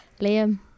Liam